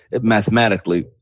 mathematically